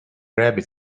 rabbit